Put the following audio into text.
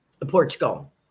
Portugal